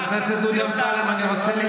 אתה מוציא אותנו.